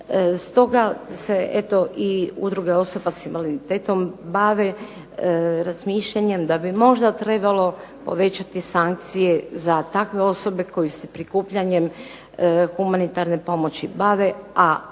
Stoga se eto i udruge osoba s invaliditetom bave razmišljanjem da bi možda trebalo povećati sankcije za takve osobe koje se prikupljanjem humanitarnom pomoći bave, a